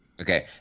Okay